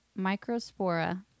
microspora